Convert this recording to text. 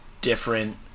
different